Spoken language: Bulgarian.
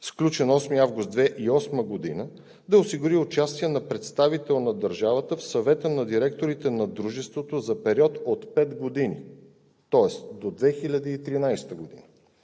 сключен на 8 август 2008 г., да осигури участие на представител на държавата в Съвета на директорите на дружеството за период от пет години, тоест до 2013 г.